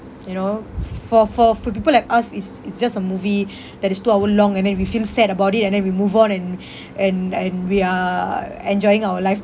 you know f~ for for for people like us is it's it's just a movie that is two hour long and then we feel sad about it and then we move on and and and we are enjoying our life